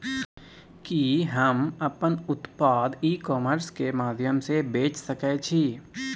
कि हम अपन उत्पाद ई कॉमर्स के माध्यम से बेच सकै छी?